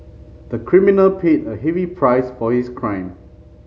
the criminal paid a heavy price for his crime